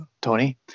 Tony